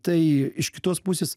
tai iš kitos pusės